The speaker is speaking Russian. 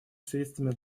средствами